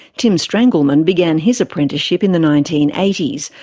tim strangleman began his apprenticeship in the nineteen eighty s,